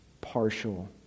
partial